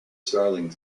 starling